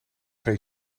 geen